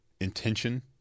intention